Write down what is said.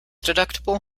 deductible